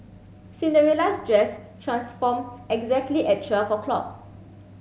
Cinderella's dress transformed exactly at twelve o'clock